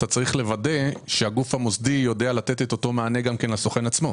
אתה צריך לוודא שהגוף המוסדי יודע לתת את אותו מענה גם לסוכן עצמו.